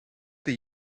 they